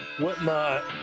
whatnot